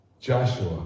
Joshua